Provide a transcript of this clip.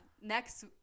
Next